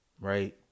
right